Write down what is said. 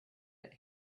that